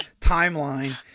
timeline